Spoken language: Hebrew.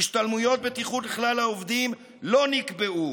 השתלמויות בטיחות לכלל העובדים לא נקבעו.